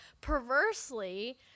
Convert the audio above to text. perversely